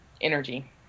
energy